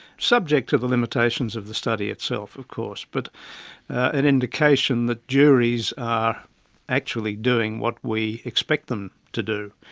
subject to the limitations of the study itself of course. but an indication that juries are actually doing what we expect them to do,